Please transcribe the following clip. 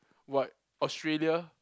what Australia